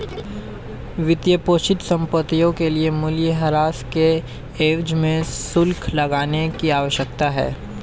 वित्तपोषित संपत्तियों के लिए मूल्यह्रास के एवज में शुल्क लगाने की आवश्यकता है